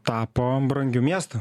tapo brangiu miestu